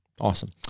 Awesome